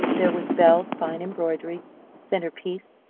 there was belle's fine embroidery centre piece,